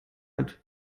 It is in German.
hat